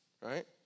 Right